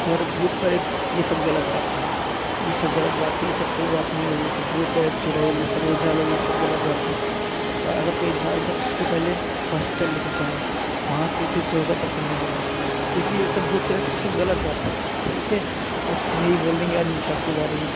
और भूत प्रेत ये सब गलत बात है ये सब गलत बात थी ये सब सही बात नहीं है ये सब भूत प्रेत चुड़ैल ये सब ओझा लोग ये सब गलत बात हैं वह अगर कोई मर्द उसके पहले हॉस्पिटल लेके जाएँ वहाँ से फिर जो होगा तब करना होगा क्योंकि ये सब भूत प्रेत ये सब ग़लत बात है ठीक है बस हम यही बोल देंगे अंधविश्वास के बारे में